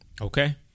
Okay